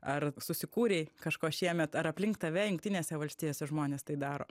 ar susikūrei kažko šiemet ar aplink tave jungtinėse valstijose žmonės tai daro